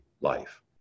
life